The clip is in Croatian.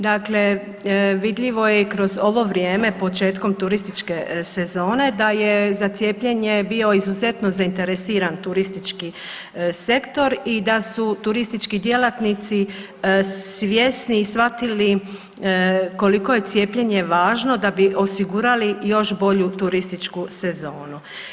Dakle vidljivo je i kroz ovo vrijeme početkom turističke sezone da je za cijepljenje bio izuzetno zainteresiran turistički sektor i da su turistički djelatnici svjesni i shvatili koliko je cijepljenje važno da bi osigurali još bolju turističku sezonu.